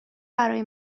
برای